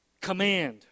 Command